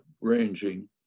ranging